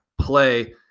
play